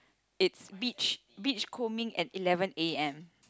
it's beach beach combing at eleven A_M